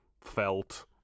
felt